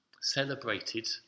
celebrated